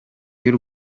y’u